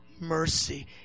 mercy